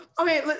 okay